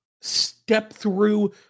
step-through